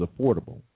affordable